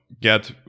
get